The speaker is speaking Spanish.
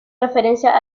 referencia